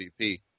MVP